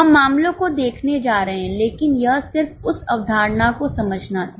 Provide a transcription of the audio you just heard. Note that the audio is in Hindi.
हम मामलों को देखने जा रहे हैं लेकिन यह सिर्फ उस अवधारणा को समझना था